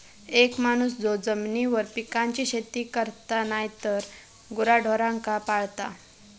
एक माणूस जो जमिनीवर पिकांची शेती करता नायतर गुराढोरांका पाळता